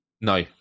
No